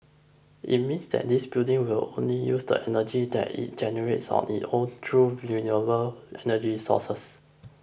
it means that this building will only use the energy that it generates on its own through renewable energy sources